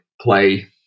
play